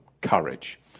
courage